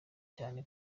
cyane